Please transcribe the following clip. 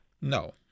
No